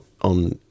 on